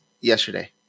yesterday